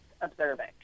observing